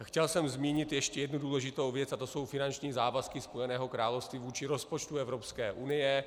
Chtěl jsem zmínit ještě jednu důležitou věc a to jsou finanční závazky Spojeného království vůči rozpočtu Evropské unie.